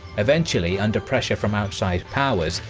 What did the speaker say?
eventually, under pressure from outside powers,